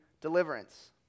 deliverance